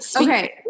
Okay